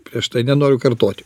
prieš tai nenoriu kartoti